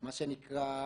מה שנקרא,